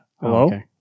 Hello